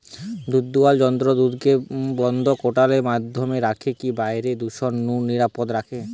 দুধদুয়ার যন্ত্র দুধকে বন্ধ কৌটার মধ্যে রখিকি বাইরের দূষণ নু নিরাপদ রখে